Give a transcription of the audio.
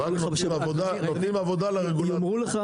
רק נותנים עבודה לרגולטורים.